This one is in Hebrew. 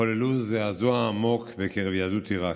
חוללו זעזוע עמוק בקרב יהדות עיראק.